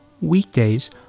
weekdays